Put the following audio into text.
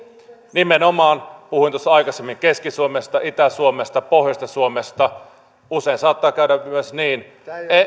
nimenomaan puhuin tuossa aikaisemmin keski suomesta itä suomesta pohjoisesta suomesta usein saattaa käydä myös niin